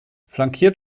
flankiert